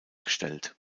gestellt